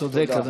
תודה, אדוני.